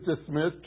dismissed